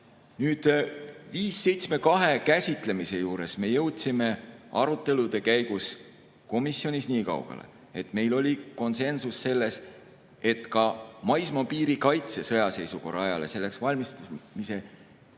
Nüüd, 572 SE käsitlemise juures me jõudsime arutelude käigus komisjonis nii kaugele, et meil oli konsensus selles, et ka maismaapiiri kaitse sõjaseisukorra ajal ja selleks valmistumise peaks